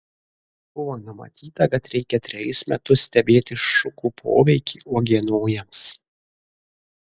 buvo numatyta kad reikia trejus metus stebėti šukų poveikį uogienojams